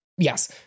Yes